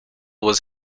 was